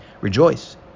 rejoice